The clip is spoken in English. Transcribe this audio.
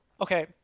Okay